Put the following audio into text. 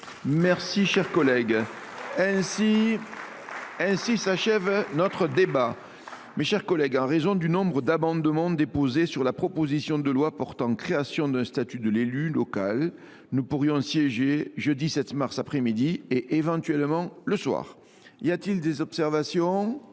sur les finances des départements. Mes chers collègues, en raison du nombre d’amendements déposés sur la proposition de loi portant création d’un statut de l’élu local, nous pourrions siéger jeudi 7 mars après midi et, éventuellement, le soir. Y a t il des observations ?…